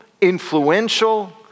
influential